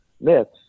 myths